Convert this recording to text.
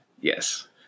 Yes